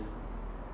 s~